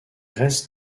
restes